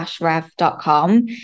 rev.com